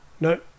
No